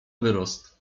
wyrost